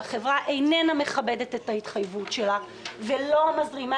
שהחברה איננה מכבדת את ההתחייבות שלה ולא מזרימה